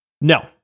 No